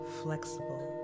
flexible